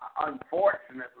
Unfortunately